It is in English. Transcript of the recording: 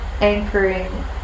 anchoring